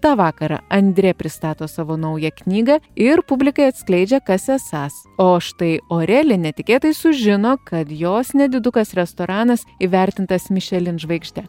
tą vakarą andrė pristato savo naują knygą ir publikai atskleidžia kas esąs o štai oreli netikėtai sužino kad jos nedidukas restoranas įvertintas michelin žvaigžde